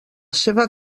seva